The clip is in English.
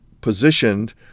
positioned